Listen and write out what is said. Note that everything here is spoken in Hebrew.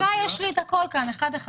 דקה, אחד אחד.